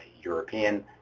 European